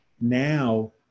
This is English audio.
Now